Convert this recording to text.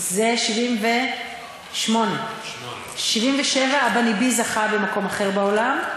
זה 1978. ב-1978 "אבניבי" זכה במקום אחר בעולם.